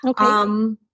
Okay